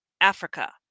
Africa